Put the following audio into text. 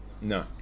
No